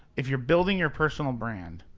if you're building your personal brand,